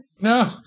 No